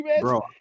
Bro